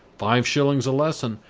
five shillings a lesson,